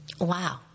Wow